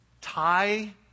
tie